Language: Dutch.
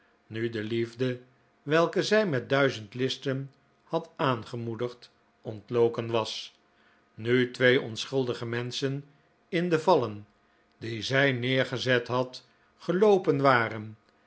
nu de liefde welke zij met duizend listen had aangemoedigd ontloken was nu twee onschuldige menschen in de vallen die zij neergezet had geloopen waren